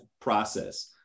process